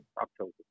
October